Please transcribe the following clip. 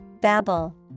Babble